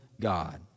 God